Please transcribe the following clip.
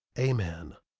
amen.